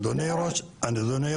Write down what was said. אדוני ראש המועצה,